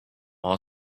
all